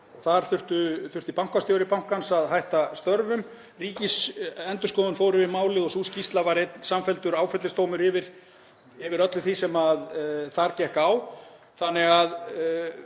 þar. Bankastjóri bankans þurfti að hætta störfum. Ríkisendurskoðun fór yfir málið og sú skýrsla var einn samfelldur áfellisdómur yfir öllu því sem þar gekk á.